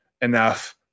enough